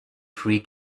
free